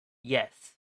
yes